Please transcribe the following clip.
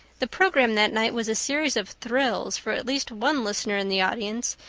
the program that night was a series of thrills for at least one listener in the audience,